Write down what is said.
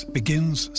begins